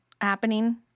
happening